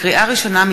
לקריאה ראשונה,